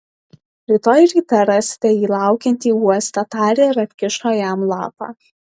rytoj ryte rasite jį laukiantį uoste tarė ir atkišo jam lapą